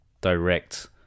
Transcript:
direct